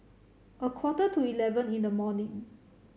a quarter to eleven in the morning